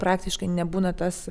praktiškai nebūna tas